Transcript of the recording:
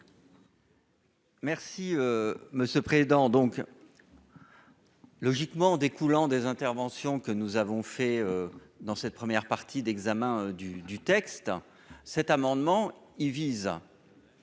Merci me ce président donc logiquement découlant des interventions que nous avons fait dans cette première partie d'examen du du texte cet amendement, il vise à